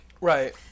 Right